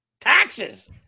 Taxes